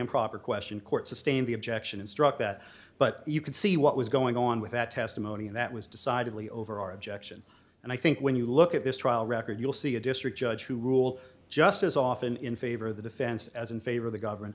improper question court sustain the objection instruct that but you can see what was going on with that testimony and that was decidedly over our objection and i think when you look at this trial record you'll see a district judge who ruled just as often in favor of the defense as in favor of the government